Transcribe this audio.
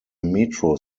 metro